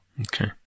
Okay